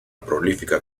prolífica